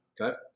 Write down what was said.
Okay